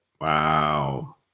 Wow